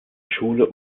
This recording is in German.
schule